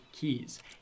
keys